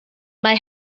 mae